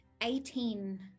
Eighteen